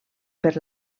per